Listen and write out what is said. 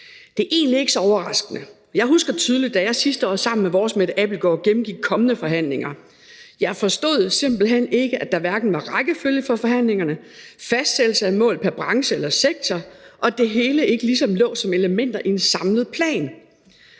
Det er egentlig ikke så overraskende. Jeg husker tydeligt, da jeg sidste år sammen med fru Mette Abildgaard gennemgik kommende forhandlinger, for jeg forstod simpelt hen ikke, at der hverken var rækkefølge for forhandlingerne, fastsættelse af mål pr. branche eller sektor, og at det hele ikke ligesom lå som elementer i en samlet plan